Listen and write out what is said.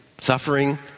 Suffering